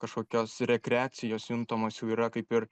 kažkokios rekreacijos juntamos jau yra kaip ir